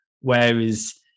whereas